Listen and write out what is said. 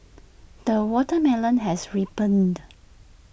the watermelon has ripened